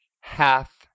half